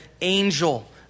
angel